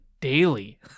daily